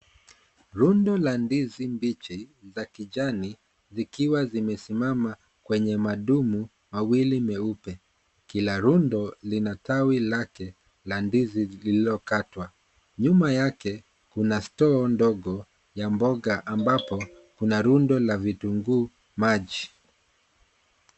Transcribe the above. Rundo la ndizi mbichi ya kijani zikiwa zimesimama kwenye madumu wawili meupe kila rundo lina tawi lake la ndizi lililokatwa. Nyuma yake kuna (CS)store(CS)ndogo ya mboga ambapo kuna rundo la vitunguu maji.